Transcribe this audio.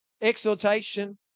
exhortation